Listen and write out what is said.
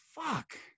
fuck